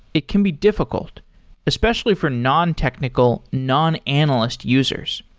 it can be diffi cult especially for nontechnical, non-analyst users.